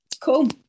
cool